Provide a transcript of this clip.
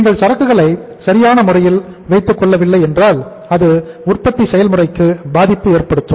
நீங்கள் சரக்குகளை சரியான முறையில் வைத்துக் கொள்ளவில்லை என்றால் அது உற்பத்தி செயல்முறைக்கு பாதிப்பு ஏற்படுத்தும்